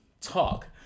talk